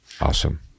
Awesome